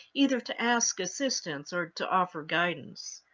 either to ask assistance or to offer guidance?